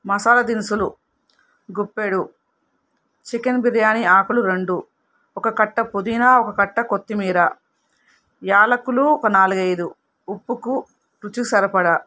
మసాలా దినుసులు గుప్పెడు చికెన్ బిర్యానీ ఆకులు రెండు ఒక కట్ట పుదీనా ఒక కట్ట కొత్తిమీర యాలకులు ఒక నాలుగైదు ఉప్పుకు రుచికి సరిపడా